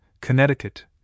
Connecticut